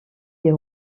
des